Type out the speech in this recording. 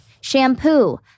shampoo